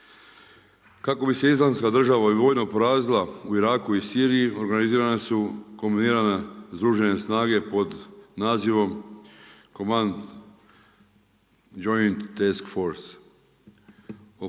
Kako bi se Islamska država i vojno porazila u Iraku i Siriji organizirana su kombinirane združene snage pod nazivom Command joint task force.